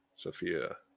Sophia